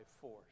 force